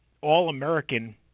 All-American –